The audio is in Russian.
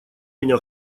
меня